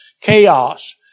chaos